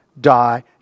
Die